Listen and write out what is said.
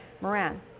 Moran